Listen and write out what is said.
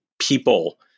people